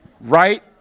right